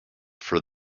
for